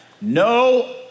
No